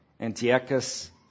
Antiochus